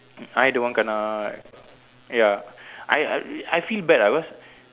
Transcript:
I the one kena ya I I feel bad ah because